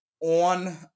on